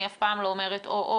אני אף פעם לא צריך להיות או או